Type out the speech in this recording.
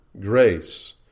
grace